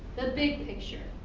the big picture.